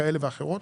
כאלה ואחרות,